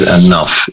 enough